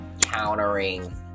countering